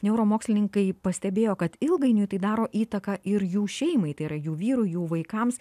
neuromokslininkai pastebėjo kad ilgainiui tai daro įtaką ir jų šeimai tai yra jų vyrui jų vaikams